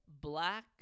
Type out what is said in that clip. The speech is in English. black